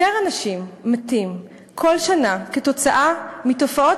יותר אנשים מתים כל שנה כתוצאה מתופעות